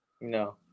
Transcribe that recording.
No